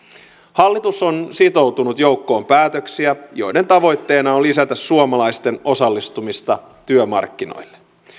hallitus on sitoutunut joukkoon päätöksiä joiden tavoitteena on lisätä suomalaisten osallistumista työmarkkinoille